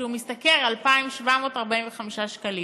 כשהוא משתכר 2,745 שקלים.